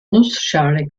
nussschale